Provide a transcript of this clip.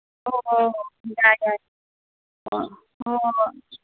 ꯍꯣ ꯍꯣ ꯍꯣꯏ ꯌꯥꯏ ꯌꯥꯏ ꯑꯣ ꯍꯣꯏ ꯍꯣꯏ